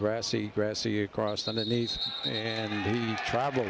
grassy grassy across the knees and travel